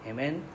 Amen